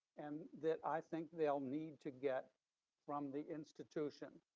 and that i think they'll need to get from the institution.